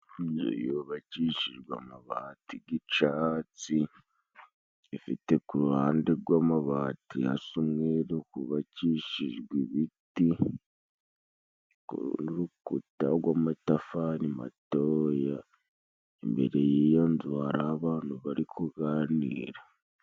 Inzu yubakishijwe amabati g'icatsi ifite ku ruhande rw'amabati hasa umweru hubakishijwe ibiti ku rundi rukuta rw'amatafari matoya. Imbere y'iyo nzu hari abantu bari kuganira.